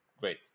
Great